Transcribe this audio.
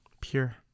pure